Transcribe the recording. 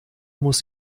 muss